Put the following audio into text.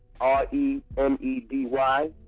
R-E-M-E-D-Y